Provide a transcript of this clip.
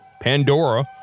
Pandora